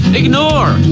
ignore